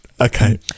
okay